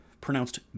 pronounced